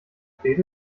spät